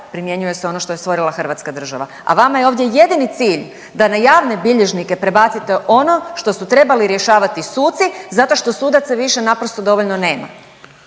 primjenjuje se ono što je stvorila hrvatska država, a vama je ovdje jedini cilj da na javne bilježnike prebacite ono što su trebali rješavati suci zato što sudaca više naprosto dovoljno nema.